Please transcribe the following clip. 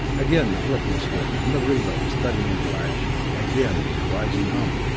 again the clicking switch, and the relays thudding into action, again the rising hum.